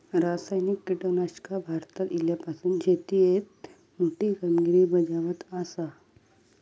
रासायनिक कीटकनाशका भारतात इल्यापासून शेतीएत मोठी कामगिरी बजावत आसा